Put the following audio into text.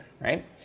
right